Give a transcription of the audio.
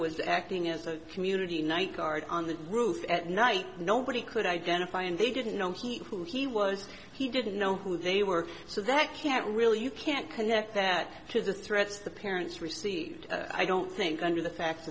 was acting as a community night guard on the roof at night nobody could identify and they didn't know who he was he didn't know who they were so that can't really you can't connect that to the threats the parents received i don't think under the fact